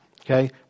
Okay